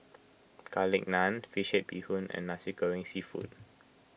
Garlic Naan Fish Head Bee Hoon and Nasi Goreng Seafood